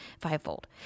fivefold